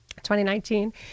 2019